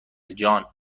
جان